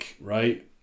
right